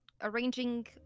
arranging